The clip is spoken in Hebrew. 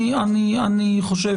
אני חושב